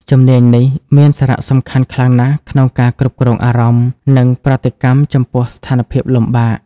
ជំនាញនេះមានសារៈសំខាន់ខ្លាំងណាស់ក្នុងការគ្រប់គ្រងអារម្មណ៍ និងប្រតិកម្មចំពោះស្ថានភាពលំបាក។